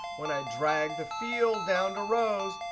when i drag the field down to rows,